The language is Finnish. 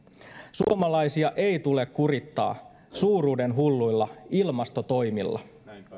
suomalaisia ei tule kurittaa suuruudenhulluilla ilmastotoimilla